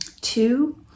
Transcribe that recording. two